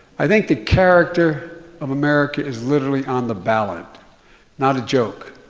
i think the character of america is literally on the ballot not a joke.